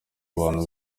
abantu